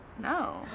No